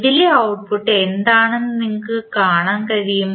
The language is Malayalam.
ഇതിലെ ഔട്ട്പുട്ട് എന്താണെന്ന് നിങ്ങൾക്ക് കാണാൻ കഴിയും